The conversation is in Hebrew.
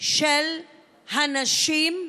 של הנשים,